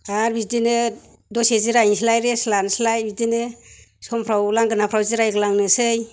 आरो बिदिनो दसे जिरायनोसैलाय रेस्ट लानोसैलाय बिदिनो समफोराव लांगोनाफोराव जिरायग्लांनोसै